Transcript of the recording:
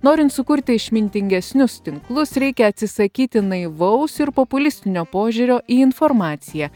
norint sukurti išmintingesnius tinklus reikia atsisakyti naivaus ir populistinio požiūrio į informaciją